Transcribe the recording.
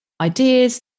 ideas